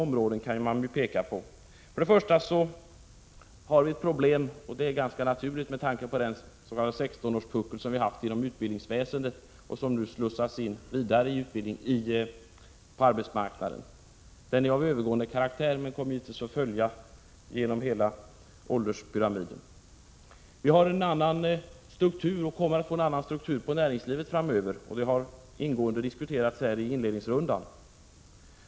Man kan här peka på några områden. Vi har till att börja med naturligt nog ett problem på grund av den s.k. sextonårspuckel som vi har haft inom utbildningsväsendet. De ungdomar som tillhör denna puckel skall nu slussas vidare ut på arbetsmarknaden. Detta problem är av övergående karaktär, men denna puckel kommer naturligtvis hela tiden att påverka ålderspyramiden. Vi kommer att få en annan struktur på näringslivet framöver, vilket ingående har diskuterats i inledningsrundan.